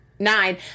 Nine